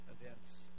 events